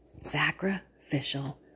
Sacrificial